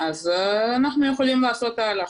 אנחנו יכולים לעשות הערכות.